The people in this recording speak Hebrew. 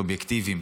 סובייקטיביים.